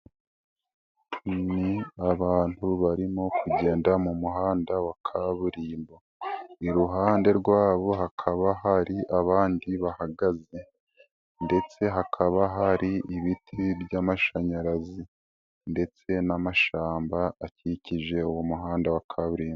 Ni abantu barimo kugenda mu muhanda wa kaburimbo, iruhande rwabo hakaba hari abandi bahagaze, ndetse hakaba hari ibiti by'amashanyarazi, ndetse n'amashyamba akikije uwo muhanda wa kaburimbo.